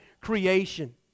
creation